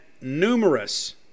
numerous